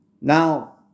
Now